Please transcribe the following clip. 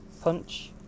punch